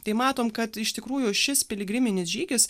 tai matome kad iš tikrųjų šis piligriminis žygis